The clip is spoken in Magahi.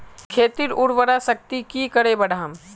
खेतीर उर्वरा शक्ति की करे बढ़ाम?